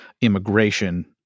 immigration